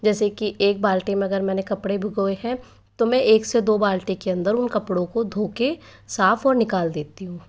जैसे की एक बाल्टी में अगर मैंने कपड़े भिंगोए हैं तो मैं एक से दो बाल्टी के अन्दर उन कपड़ो को धोकर साफ और निकाल देती हूँ